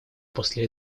после